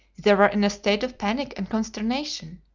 they were in a state of panic and consternation.